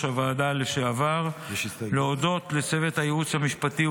הוועדה לשעבר להודות לצוות הייעוץ המשפטי,